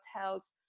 health